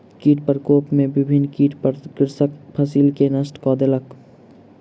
कीट प्रकोप में विभिन्न कीट कृषकक फसिल के नष्ट कय देलक